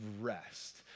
rest